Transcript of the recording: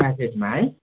class एटमा है